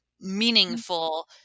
meaningful